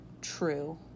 true